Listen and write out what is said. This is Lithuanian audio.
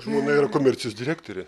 žmona yra komercijos direktorė